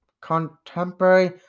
contemporary